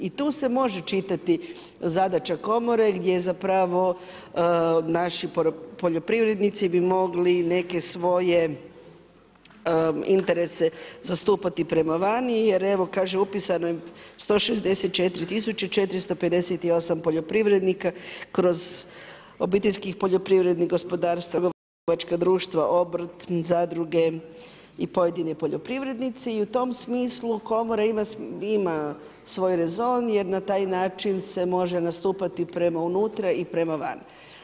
I tu se može čitati zadaća komore gdje zapravo naši poljoprivrednici bi mogli neke svoje interese zastupati prema vani jer evo kaže, upisano je 164 458 poljoprivrednika kroz obiteljskih poljoprivrednih gospodarstva, kroz trgovačka društva, obrt, zadruge i pojedini poljoprivrednici i u tom smislu komora ima svoj rezon jer na taj način se može nastupati prema unutra i prema van.